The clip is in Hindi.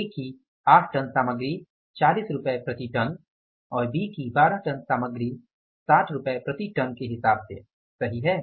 ए की 8 टन सामग्री 40 रुपये प्रति टन और बी की 12 टन सामग्री 60 प्रति टन के हिसाब से सही है